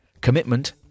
Commitment